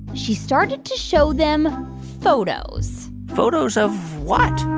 she started to show them photos photos of what?